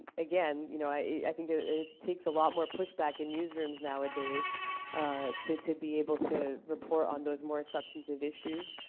again, you know, i think it takes a lot more push back in newsrooms nowadays to to be able to report on those more substantive issues.